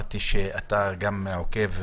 אמרתי שאתה גם עוקב,